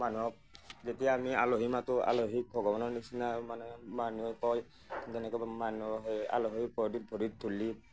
মানুহক যেতিয়া আমি আলহী মাতোঁ আলহীক ভগৱানৰ নিচিনা মানে মানুহে কয় যেনেকৈ মানুহে সেই আলহী পৰি ভৰিৰ ধূলি